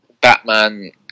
Batman